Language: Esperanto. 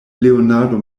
leonardo